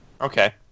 Okay